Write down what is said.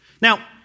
now